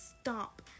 stop